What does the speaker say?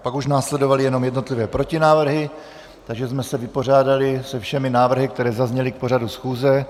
Pak už následovaly jednotlivé protinávrhy, takže jsme se vypořádali se všemi návrhy, které zazněly k pořadu schůze.